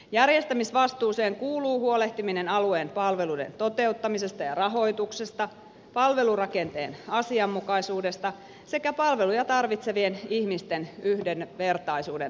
järjestämisvastuuseen kuuluu huolehtiminen alueen palveluiden toteuttamisesta ja rahoituksesta palvelurakenteen asianmukaisuudesta sekä palveluja tarvitsevien ihmisten yhdenvertaisuuden varmistamisesta